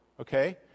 Okay